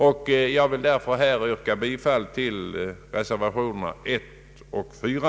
Jag ber, herr talman, att få yrka bifall till reservationerna 1 a och 4.